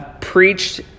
preached